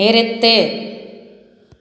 நிறுத்து